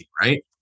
right